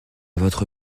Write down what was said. votre